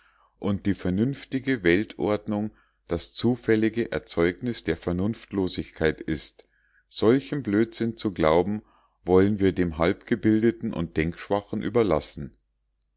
und die vernünftige weltordnung das zufällige erzeugnis der vernunftlosigkeit ist solchen blödsinn zu glauben wollen wir dem halbgebildeten und denkschwachen überlassen